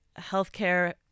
healthcare